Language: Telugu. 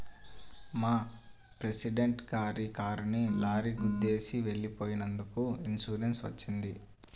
మా ప్రెసిడెంట్ గారి కారుని లారీ గుద్దేసి వెళ్ళిపోయినందుకు ఇన్సూరెన్స్ వచ్చింది